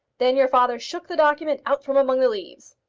then your father shook the document out from among the leaves.